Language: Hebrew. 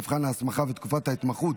מבחן ההסמכה ותקופת ההתמחות),